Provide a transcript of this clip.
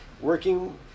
working